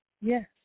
Yes